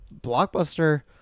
Blockbuster